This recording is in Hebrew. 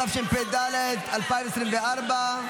התשפ"ד 2024,